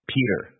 Peter